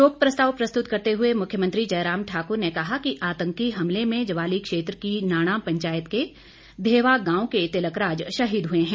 शोक प्रस्ताव प्रस्तुत करते हुए मुख्यमत्री जयराम ठाक्र ने कहा कि आतंकी हमले में ज्वाली क्षेत्र की नाणा पंचायत के धेवा गांव के तिलक राज शहीद हुए हैं